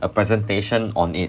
a presentation on it